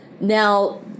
Now